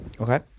Okay